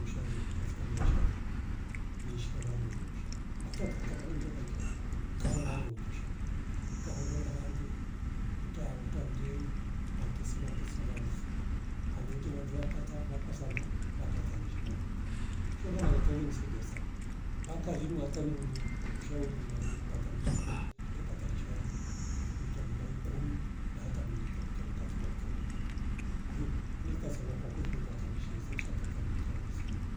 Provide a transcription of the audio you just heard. Ushale katika maishale ni ishi na vandu ndundusha hata tata kananwe nje kainjia karevandu ndundusha tahungu na vandu uta- utande makesi makesi na vandufu handu wete vandu wapata vakosana vapatanishi mwantu sheurama zatoli nksaidia sana mpaka linu ata ningini mshauri na nimpatanihi pia ke patanisha wandu ngiv kuita mbai kumi na hata mwenye twakutoa mkatibu wa kitongoji kwa hio ini kasi yakwa kweli ni upatinishi yechia atatali limtia bosia